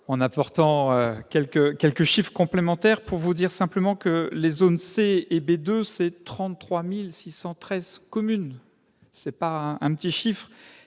en apportant quelques quelques chiffres complémentaires pour vous dire simplement que les zones C et B 2 c'est 33613 communes, c'est pas un petit chiffre